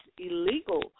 illegal